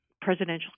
presidential